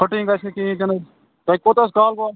پھٕٹن گَژھِ نہٕ کِہیٖنۍ تہ نہٕ تۄہہِ کوتاہ حظ کال گوٚو